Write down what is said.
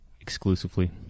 exclusively